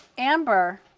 amber,